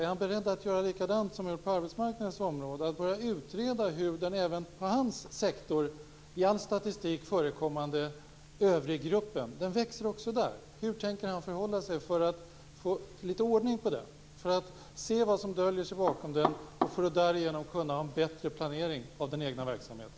Är han beredd att göra likadant som man har gjort på arbetsmarknadens område och börja utreda det här? Den även inom AMS sektor i all statistik förekommande övriggruppen växer också där. Hur tänker han förhålla sig för att få litet ordning på det här, för att se vad som döljer sig bakom det och för att därigenom kunna ha en bättre planering av den egna verksamheten?